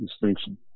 distinction